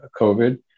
COVID